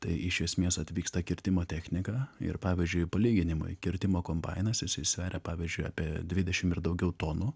tai iš esmės atvyksta kirtimo technika ir pavyzdžiui palyginimui kirtimo kombainas jisai sveria pavyzdžiui apie dvidešim ir daugiau tonų